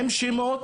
עם שמות,